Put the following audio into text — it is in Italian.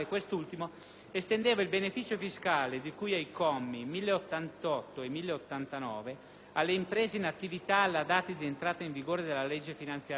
estendeva il beneficio fiscale di cui ai commi 1088 e 1089 alle imprese in attività alla data di entrata in vigore della legge finanziaria 2007,